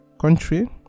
country